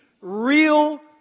real